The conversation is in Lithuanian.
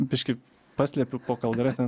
biškį paslepiu po kaldra ten